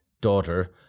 daughter